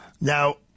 now